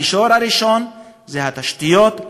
המישור הראשון זה התשתיות,